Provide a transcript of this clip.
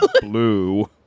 Blue